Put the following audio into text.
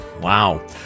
Wow